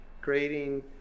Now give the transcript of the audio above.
creating